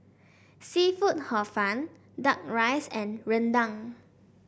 seafood Hor Fun duck rice and rendang